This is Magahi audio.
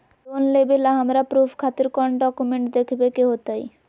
लोन लेबे ला हमरा प्रूफ खातिर कौन डॉक्यूमेंट देखबे के होतई?